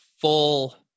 full